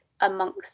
amongst